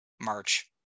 March